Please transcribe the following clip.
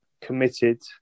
committed